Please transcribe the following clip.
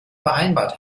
vereinbart